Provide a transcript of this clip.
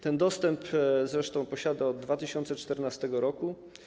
Ten dostęp zresztą posiada od 2014 r.